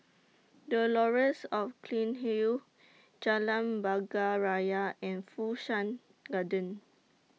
The Laurels Or Cairnhill Jalan Bunga Raya and Fu Shan Garden